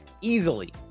easily